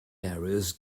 marius